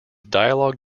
dialogue